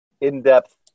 in-depth